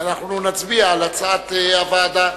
ואנחנו נצביע על הצעת הוועדה.